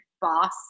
boss